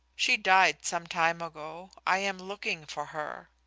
she died some time ago. i am looking for her.